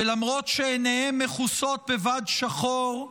ולמרות שעיניהם מכוסות בבד שחור,